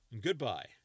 goodbye